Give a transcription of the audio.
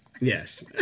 Yes